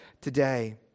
today